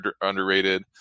underrated